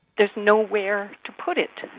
there's nowhere to put it.